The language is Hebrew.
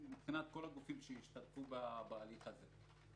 מבחינת כל הגופים שהשתתפו בהליך הזה.